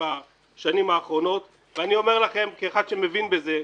בשנים האחרונות ואני אומר לכם כאחד שמבין בזה.